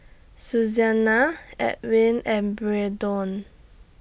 Susanna Edwin and Braydon